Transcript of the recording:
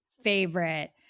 Favorite